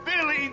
Billy